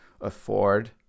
afford